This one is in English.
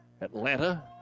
Atlanta